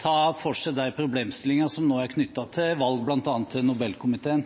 ta for seg de problemstillingene som er knyttet til valg bl.a. til Nobelkomiteen.